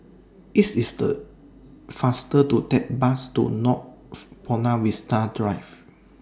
IT IS The faster to Take Bus to North Buona Vista Drive